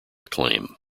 acclaim